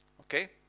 Okay